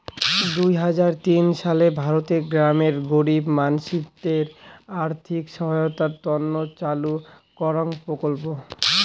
দুই হাজার তিন সালে ভারতের গ্রামের গরীব মানসিদের আর্থিক সহায়তার তন্ন চালু করাঙ প্রকল্প